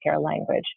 language